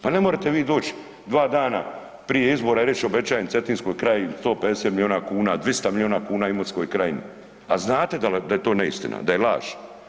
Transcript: Pa ne morate vi doći 2 dana prije izbora i reći obećajem Cetinskoj krajini 150 milijuna kuna, 200 milijuna kuna Imotskoj krajini, a znate da to neistina, da je laž.